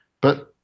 But-